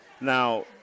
Now